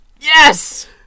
Yes